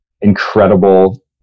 incredible